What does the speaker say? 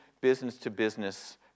business-to-business